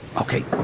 Okay